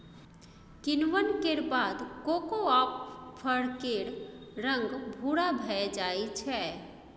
किण्वन केर बाद कोकोआक फर केर रंग भूरा भए जाइ छै